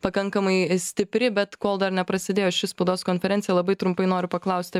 pakankamai stipri bet kol dar neprasidėjo ši spaudos konferencija labai trumpai noriu paklausti